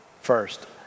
first